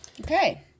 Okay